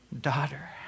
Daughter